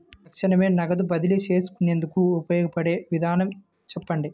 తక్షణమే నగదు బదిలీ చేసుకునేందుకు ఉపయోగపడే విధానము చెప్పండి?